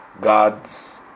God's